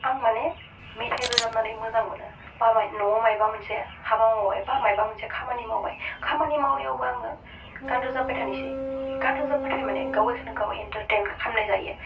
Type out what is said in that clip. आं माने मेथाइ रोजाबनानै मोजां मोनो न'आव माबा मोनसे हाबा मावबाय बा माबा मोनसे खामानि मावबाय खामानि मावनायाव बा आङो गान रोजाबबाय थानोसै गान रोजाबबाथाय माने गावखौनो गाव एन्टारटेइन खालामनाय जायो